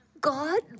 God